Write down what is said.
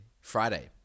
Friday